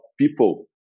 people